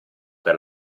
per